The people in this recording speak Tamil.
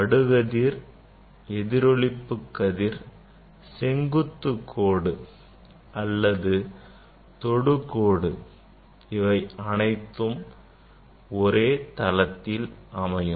படுகதிர் எதிரொளிப்பு கதிர் செங்குத்துக் கோடு அல்லது தொடுகொடு இவை அனைத்தும் ஒரே தளத்தில் அமையும்